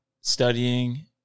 studying